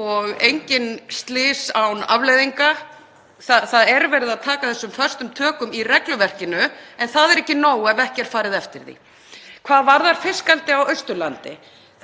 og engin slys eru án afleiðinga. Það er verið að taka þetta föstum tökum í regluverkinu en það er ekki nóg ef ekki er farið eftir því. Hvað varðar fiskeldi á Austurlandi